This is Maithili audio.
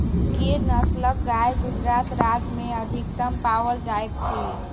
गिर नस्लक गाय गुजरात राज्य में अधिकतम पाओल जाइत अछि